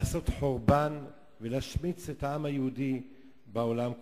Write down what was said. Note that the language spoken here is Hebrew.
לעשות חורבן ולהשמיץ את העם היהודי בעולם כולו.